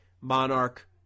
Monarch